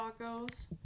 tacos